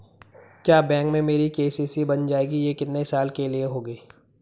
क्या बैंक में मेरी के.सी.सी बन जाएगी ये कितने साल के लिए होगी?